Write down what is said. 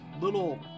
little